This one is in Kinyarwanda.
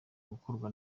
gukorwa